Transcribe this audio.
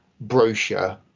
brochure